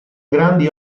grandi